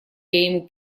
ему